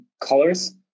colors